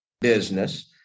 business